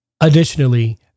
Additionally